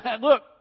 look